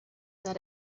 that